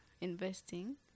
investing